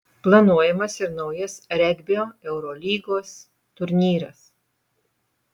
planuojamas ir naujas regbio eurolygos turnyras